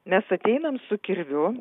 mes ateinam su kirviu